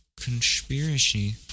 conspiracy